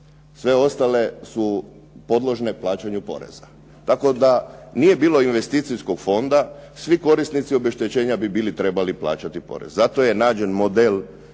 Sve ostale su podložne plaćanju poreza, tako da nije bilo investicijskog fonda, svi korisnici obeštećenja bi bili trebali plaćati porez. Zato je nađen model